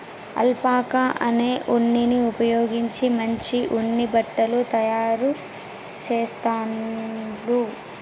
alpaca అనే ఉన్నిని ఉపయోగించి మంచి ఉన్ని బట్టలు తాయారు చెస్తాండ్లు